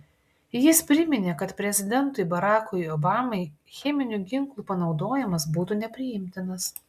jis priminė kad prezidentui barackui obamai cheminių ginklų panaudojimas būtų nepriimtinas